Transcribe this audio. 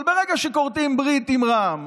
אבל ברגע שכורתים ברית עם רע"מ